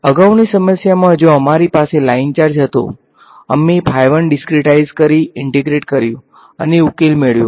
અગાઉની સમસ્યામાં જ્યાં અમારી પાસે લાઇન ચાર્જ હતો અમે ડિસ્ક્રીટાઇઝ કરી ઇન્ટિગ્રેટેડ કર્યુ અને ઉકેલ મેળવ્યો